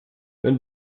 wenn